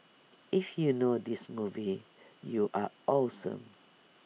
if you know this movie you are awesome